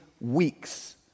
weeks